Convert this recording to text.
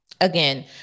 Again